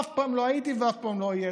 אף פעם לא הייתי ואף פעם לא אהיה.